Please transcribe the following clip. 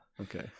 Okay